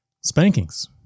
spankings